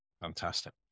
Fantastic